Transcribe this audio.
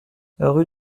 rue